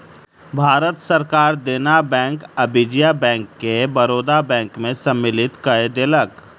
भारत सरकार देना बैंक आ विजया बैंक के बड़ौदा बैंक में सम्मलित कय देलक